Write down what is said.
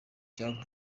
cyangwa